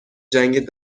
جنگ